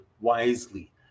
wisely